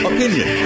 Opinion